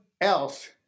else